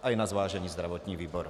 A je na zvážení zdravotní výbor.